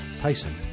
Tyson